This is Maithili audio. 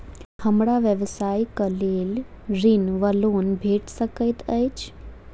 हमरा व्यवसाय कऽ लेल ऋण वा लोन भेट सकैत अछि?